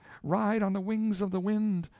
ride on the wings of the wind!